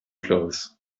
clothes